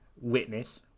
witness